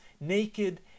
naked